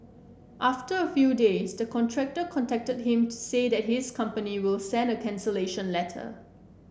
after a few days the contractor contacted him to say that his company will send a cancellation letter